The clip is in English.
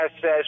says